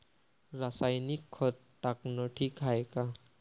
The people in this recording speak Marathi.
रासायनिक खत टाकनं ठीक हाये का?